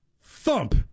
Thump